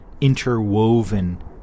interwoven